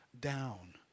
down